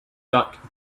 duck